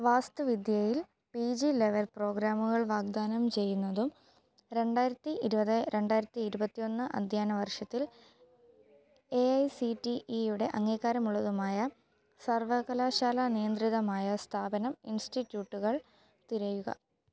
വാസ്തു വിദ്യയിൽ P G level പ്രോഗ്രാമുകൾ വാഗ്ദാനം ചെയ്യുന്നതും രണ്ടായിരത്തി ഇരുപത് രണ്ടായിരത്തി ഇരുപത്തിയൊന്ന് അദ്ധ്യയന വർഷത്തിൽ എ ഐ സീ റ്റി ഇയുടെ അംഗീകാരമുള്ളതുമായ സർവകലാശാലാ നിയന്ത്രിതമായ സ്ഥാപനം ഇൻസ്റ്റിറ്റ്യൂട്ടുകൾ തിരയുക